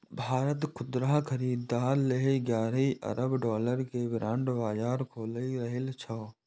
भारत खुदरा खरीदार लेल ग्यारह खरब डॉलर के बांड बाजार खोलि रहल छै